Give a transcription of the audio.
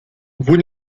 vous